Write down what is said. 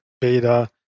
beta